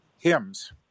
hymns